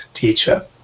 teacher